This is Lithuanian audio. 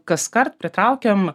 kaskart pritraukiam